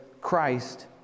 Christ